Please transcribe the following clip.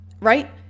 right